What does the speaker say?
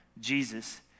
Jesus